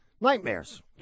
nightmares